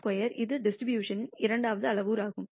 σ2 இது டிஸ்ட்ரிபூஷணனின்ன் இரண்டாவது அளவுருவாகும்